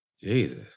Jesus